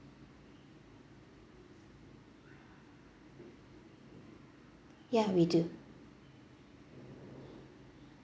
ya we do